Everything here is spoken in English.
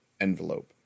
envelope